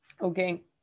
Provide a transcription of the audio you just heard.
Okay